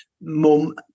mum